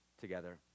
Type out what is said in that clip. together